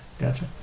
Gotcha